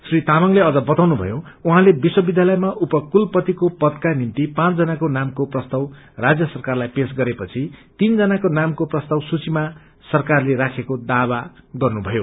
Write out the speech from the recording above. री तामंगर्ले अझ बताउनु भ्यो उझैंले विश्व विध्यालयमा उप कुलपतिको पदका निम्ति पाँच जनाको नामको प्रस्ताव राज्य सरकारलाई पेश गरे पछि तीन जनाको नामको प्रस्ताव सूर्चीमा सरकारले राखेको दावा गर्नुमयो